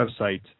website